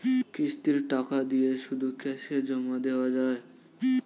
কিস্তির টাকা দিয়ে শুধু ক্যাসে জমা দেওয়া যায়?